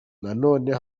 nanone